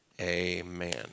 amen